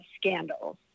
scandals